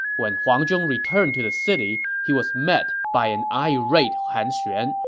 when huang zhong returned to the city, he was met by an irate han xuan,